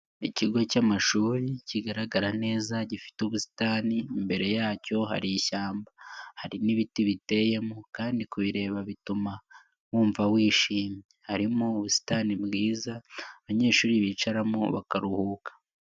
Ikigo cy'amashuri kigaragara neza gifite ubusitani mbere yacyo hari ishyamba hari n'ibiti biteyemo kandi kubireba bituma wumva wishimye, harimo ubusitani bwiza abanyeshuri bicaramo bakaruhuka.